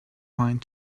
pine